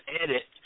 edit